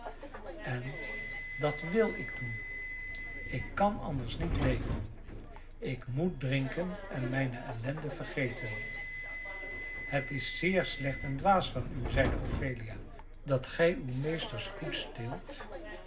en dat wil ik doen ik kan anders niet leven ik moet drinken en mijne ellende vergeten het is zeer slecht en dwaas van u zeide ophelia dat gij uw meesters goed steelt